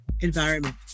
environment